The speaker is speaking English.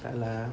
tak lah